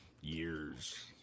Years